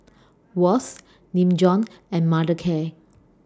Wall's Nin Jiom and Mothercare